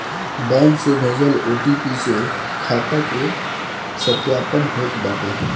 bank से भेजल OTP से खाता के सत्यापन होत बाटे